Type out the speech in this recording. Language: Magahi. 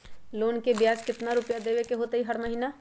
लोन के ब्याज कितना रुपैया देबे के होतइ हर महिना?